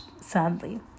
sadly